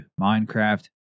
Minecraft